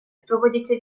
проводяться